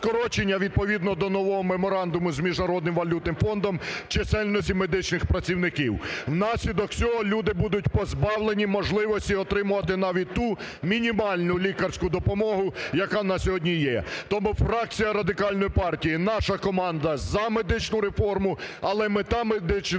відповідно до нового Меморандуму з Міжнародним валютним фондом, чисельності медичних працівників. Внаслідок цього люди будуть позбавлені можливості отримати навіть ту мінімальну лікарську допомогу, яка на сьогодні є. Тому фракція Радикальної партії, наша команда - за медичну реформу, але мета медичної